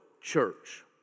church